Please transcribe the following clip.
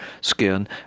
skin